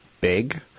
big